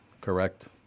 correct